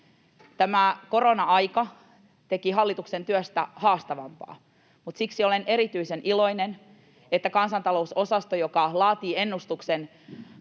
Tämä korona-aika teki hallituksen työstä haastavampaa, mutta siksi olen erityisen iloinen, että kansantalousosaston, joka laatii ennustuksen